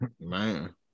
Man